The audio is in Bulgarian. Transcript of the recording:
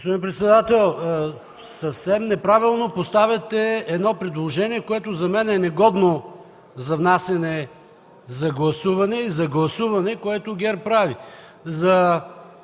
Господин председател, съвсем неправилно поставяте едно предложение, което за мен е негодно за внасяне за гласуване, и за гласуване, което ГЕРБ прави.